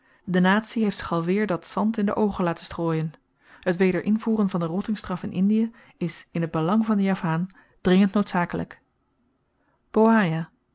de natie heeft zich alweer dat zand in de oogen laten strooien het weder invoeren van de rottingstraf in indiën is in t belang van den javaan dringend noodzakelyk